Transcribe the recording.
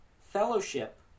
fellowship